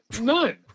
None